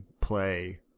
play